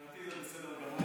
מבחינתי זה בסדר גמור.